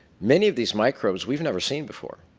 many of these microbes we have never seen before.